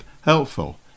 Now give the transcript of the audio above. helpful